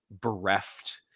bereft